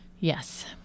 Yes